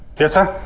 us are